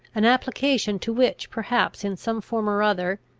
an application to which perhaps in some form or other,